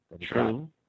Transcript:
True